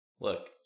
Look